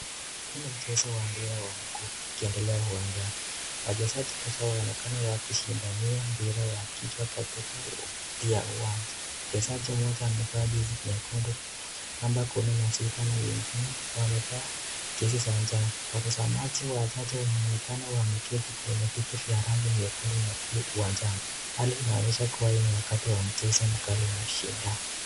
Huu ni mchezo wa miguu ukiendelea uwanjani. Wachezaji kadhaa waonekana wakishindania mpira wa kichwa katikati ya uwanja. Mchezaji mmoja amevaa jezi nyekundu number kumi na sita na wengine wamevaa jezi za njano . Watazamaji wanaonekana wameketi kwenye viti za rangi nyekundu na bluu uwanjani. Hali inaoneshesha kuwa ni wakati wa mchezo mkali Inashindana.